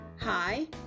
Hi